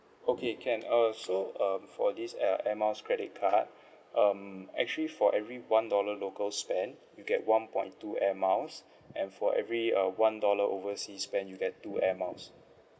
okay can uh so um for this uh air miles credit card um actually for every one dollar local spent you get one point two air miles and for every uh one dollar overseas spent you get two air miles